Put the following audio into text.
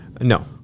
No